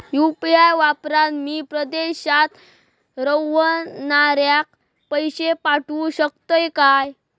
UPI वापरान मी परदेशाक रव्हनाऱ्याक पैशे पाठवु शकतय काय?